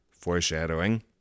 foreshadowing